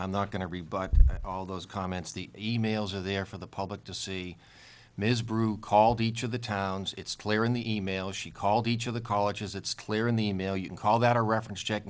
i'm not going to rebut all those comments the e mails are there for the public to see ms brew called each of the towns it's clear in the email she called each of the colleges it's clear in the email you can call that a reference